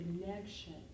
connection